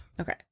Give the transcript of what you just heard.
Okay